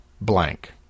blank